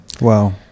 Wow